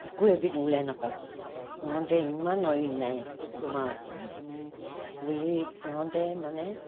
একো এবিধ ওলাই নাপাব সিহঁতে ইমান অন্যায় তোমাৰ ওপৰত বুলি সিহঁতে মানে